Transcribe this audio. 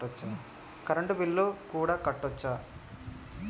Current bill కూడా కట్టొచ్చా?